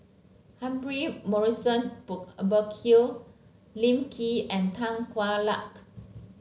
Humphrey Morrison Burkill Lim Lee and Tan Hwa Luck